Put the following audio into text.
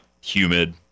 humid